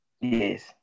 yes